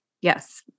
Yes